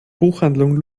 buchhandlung